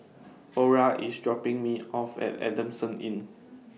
Ora IS dropping Me off At Adamson Inn